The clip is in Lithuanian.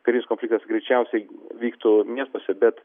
karinis konfliktas greičiausiai vyktų miestuose bet